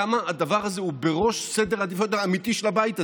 כמה הדבר הזה הוא בראש סדר העדיפויות האמיתי של הבית הזה,